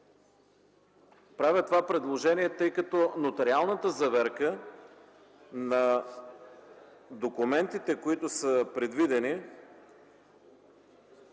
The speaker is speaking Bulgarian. Правя това предложение, тъй като нотариалната заверка на документите, които са предвидени,